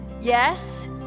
yes